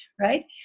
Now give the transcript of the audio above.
Right